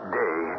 day